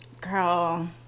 Girl